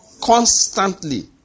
Constantly